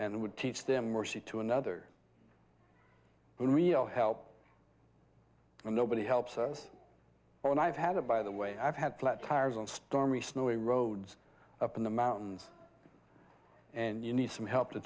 and would teach them mercy to another and real help and nobody helps us when i've had it by the way i've had flat tires on stormy snowy roads up in the mountains and you need some help to